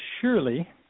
surely